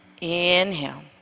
Inhale